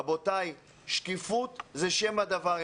רבותיי, שקיפות זה שם הדבר.